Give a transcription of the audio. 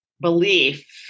belief